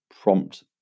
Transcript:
prompt